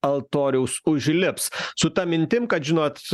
altoriaus užlips su ta mintim kad žinot